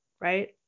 right